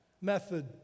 method